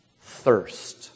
thirst